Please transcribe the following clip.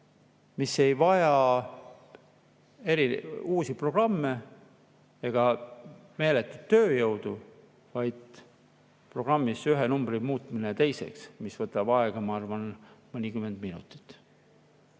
mis ei vaja uusi programme ega meeletut tööjõudu. Vaja on [teha] programmis ühe numbri muutmine teiseks, mis võtab aega, ma arvan, mõnikümmend minutit.